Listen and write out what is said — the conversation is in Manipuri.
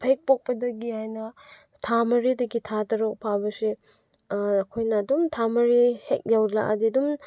ꯍꯦꯛ ꯄꯣꯛꯄꯗꯒꯤ ꯍꯥꯏꯅ ꯊꯥ ꯃꯔꯤꯗꯒꯤ ꯊꯥ ꯇꯔꯨꯛ ꯐꯥꯎꯕꯁꯤ ꯑꯩꯈꯣꯏꯅ ꯑꯗꯨꯝ ꯊꯥ ꯃꯔꯤ ꯍꯦꯛ ꯌꯧꯔꯛꯑꯗꯤ ꯑꯗꯨꯝ